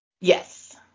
Yes